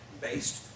based